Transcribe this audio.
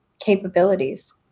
capabilities